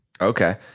Okay